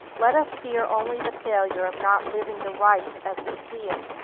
let us fear only the failure of not living the right as we see it,